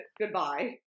Goodbye